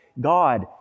God